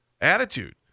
attitude